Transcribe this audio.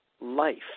life